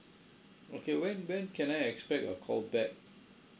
okay when when can I expect a call back